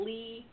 Lee